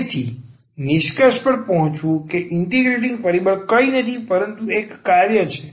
તેથી નિષ્કર્ષ પર પહોંચવું કે ઈન્ટિગ્રેટિંગ પરિબળ કંઈ નથી પરંતુ અહીં એક કાર્ય છે